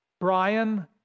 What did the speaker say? Brian